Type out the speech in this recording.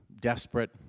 desperate